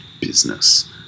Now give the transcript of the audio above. business